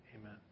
Amen